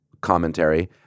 commentary